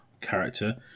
character